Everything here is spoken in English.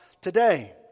today